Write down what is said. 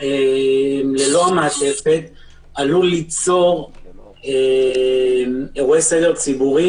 ללא המעטפת עלול ליצור אירועי סדר ציבורי.